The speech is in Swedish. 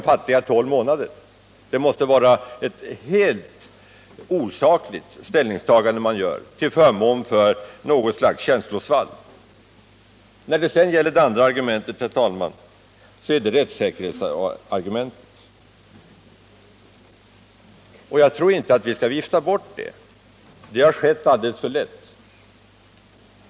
Vägran om rådrum måste vara ett helt osakligt ställningstagande som utskottet gör under inverkan av något slags känslosvall. Det andra argument som vi anför i reservationen är rättssäkerhetskravet, som jag tycker har viftats bort alldeles för lätt.